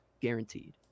guaranteed